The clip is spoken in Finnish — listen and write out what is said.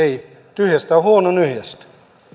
tyhjästä on huono nyhjäistä